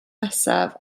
nesaf